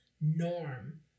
norm